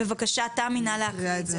בבקשה תמי, נא להקריא.